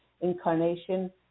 incarnation